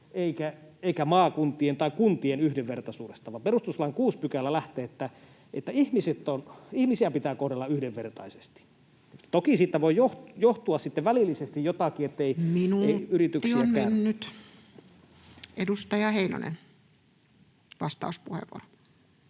eikä maakuntien tai kuntien yhdenvertaisuudesta, vaan perustuslain 6 § lähtee siitä, että ihmisiä pitää kohdella yhdenvertaisesti. Toki siitä voi johtua sitten välillisesti jotakin, ettei [Puhemies: Minuutti on mennyt!] yrityksiäkään... Edustaja Heinonen, vastauspuheenvuoro.